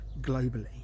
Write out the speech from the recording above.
globally